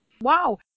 Wow